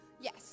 Yes